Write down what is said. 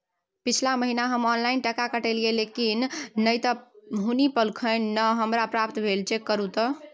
पिछला महीना हम ऑनलाइन टका कटैलिये लेकिन नय त हुनी पैलखिन न हमरा प्राप्त भेल, चेक करू त?